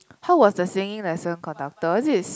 how was the singing lesson conducted was it